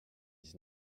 dix